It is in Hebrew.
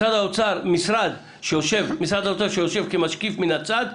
משרד האוצר שיושב כמשקיף מן הצד,